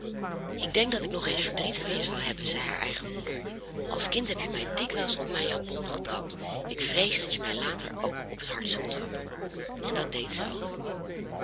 ik denk dat ik nog eens verdriet van je zal hebben zei haar eigen moeder als kind heb je mij dikwijls op mijn japon getrapt ik vrees dat je mij later op het hart zult trappen en dat deed zij ook